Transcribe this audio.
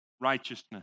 righteousness